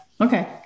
Okay